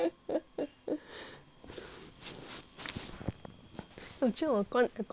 我觉得我关那个 aircon okay